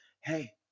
hey